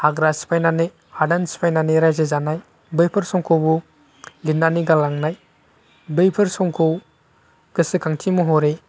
हाग्रा सिफायनानै हादान सिफायनानै राज्यो जानाय बैफोर समखौ लिरनानै गालांनाय बैफोर समखौ गोसोखांथि महरै